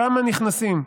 כמה נכנסים,